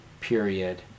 period